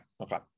Okay